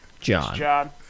John